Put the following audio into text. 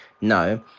No